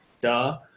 duh